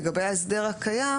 לגבי ההסדר הקיים,